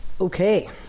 Okay